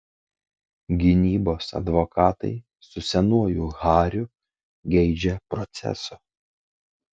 gynybos advokatai su senuoju hariu geidžia proceso